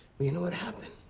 you know what happened?